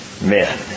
men